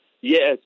yes